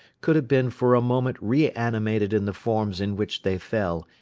could have been for a moment reanimated in the forms in which they fell,